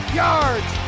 yards